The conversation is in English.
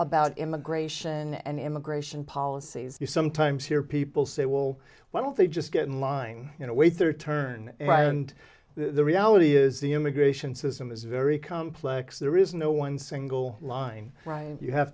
about immigration and immigration policies you sometimes hear people say well why don't they just get in line you know wait their turn right and the reality is the immigration system is very complex there is no one single line right and you have